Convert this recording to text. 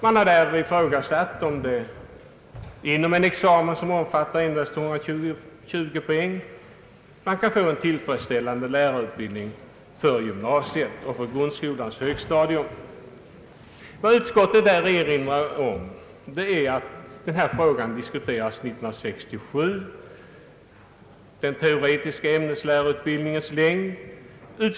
Man har där ifrågasatt om man med en examen som endast omfattar 120 poäng kan få en tillfredsställande lärarutbildning för gymnasiet och grundskolans högstadium. Utskottet erinrar om att frågan angående den teoretiska ämneslärarutbildningens längd diskuterades 1967.